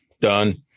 done